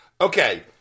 Okay